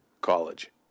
college